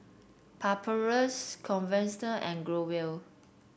Papulex Convatec and Growell